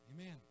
Amen